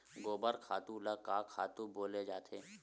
गोबर खातु ल का खातु बोले जाथे?